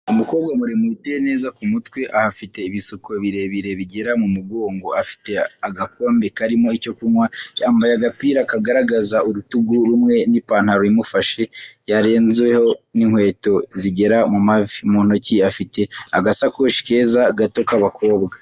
umukobwa muremure uteye neza ku mutwe ahafite ibisuko birebire bigera mu mugongo, afite agakombe karimo icyo kunywa, yambaye agapira kagaragaza urutugu rumwe n'ipantaro imufashe yarenzweho n'inkweto zigera mu mavi, mu ntoki afite agasakoshi keza gato k'abakobwa.